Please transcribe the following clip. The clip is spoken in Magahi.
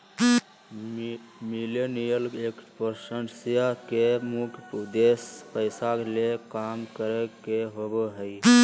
मिलेनियल एंटरप्रेन्योरशिप के मुख्य उद्देश्य पैसा ले काम करे के होबो हय